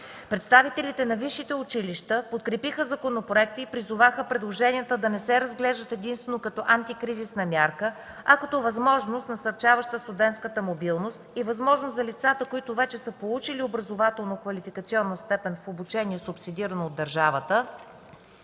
Представителите на висшите училища подкрепиха законопроекта и призоваха предложенията да не се разглеждат единствено като антикризисна мярка, а като възможност, насърчаваща студентската мобилност и възможност за лицата, които вече са получили образователно квалификационна степен в обучение, субсидирано от държавата,